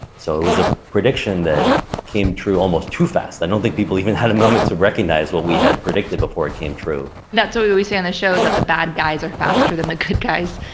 so it was a prediction that came true almost too fast. i don't think people even had a moment to recognize what we had predicted before it came true. that's what we we see on the show, is that the bad guys are faster than the good guys.